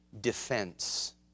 defense